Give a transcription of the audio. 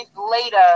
later